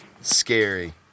scary